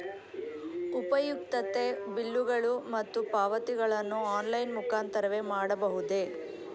ಉಪಯುಕ್ತತೆ ಬಿಲ್ಲುಗಳು ಮತ್ತು ಪಾವತಿಗಳನ್ನು ಆನ್ಲೈನ್ ಮುಖಾಂತರವೇ ಮಾಡಬಹುದೇ?